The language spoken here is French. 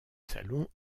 salon